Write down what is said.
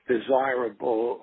Desirable